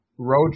road